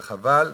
וחבל.